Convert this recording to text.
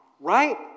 Right